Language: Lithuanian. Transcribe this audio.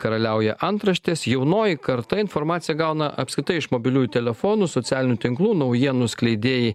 karaliauja antraštės jaunoji karta informaciją gauna apskritai iš mobiliųjų telefonų socialinių tinklų naujienų skleidėjai